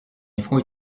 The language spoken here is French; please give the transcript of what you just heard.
info